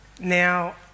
Now